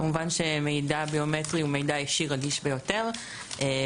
כמובן שמידע ביומטרי הוא מידע אישי רגיש ביותר ופירטו